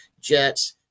Jets